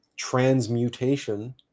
Transmutation